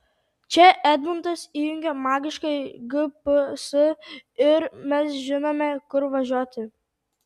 čia edmundas įjungia magiškąjį gps ir mes žinome kur važiuoti